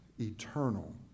eternal